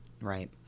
Right